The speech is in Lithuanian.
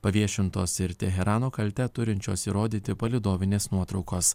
paviešintos ir teherano kaltę turinčios įrodyti palydovinės nuotraukos